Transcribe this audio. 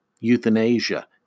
euthanasia